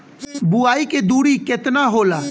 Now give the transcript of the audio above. बुआई के दुरी केतना होला?